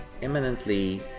eminently